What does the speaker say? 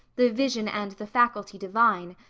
the vision and the faculty divine.